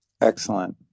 Excellent